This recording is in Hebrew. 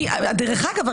דרך אגב,